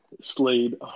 Slade